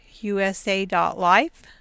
USA.life